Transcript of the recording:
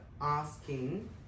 asking